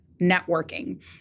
networking